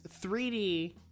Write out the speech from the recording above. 3D